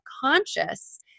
Conscious